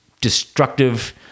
destructive